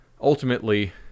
ultimately